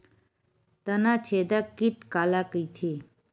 तनाछेदक कीट काला कइथे?